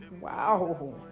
wow